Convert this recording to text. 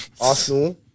Arsenal